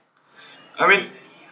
I mean